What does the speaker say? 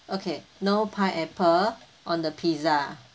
okay no pineapple on the pizza